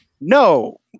no